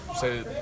say